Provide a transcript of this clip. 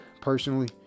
personally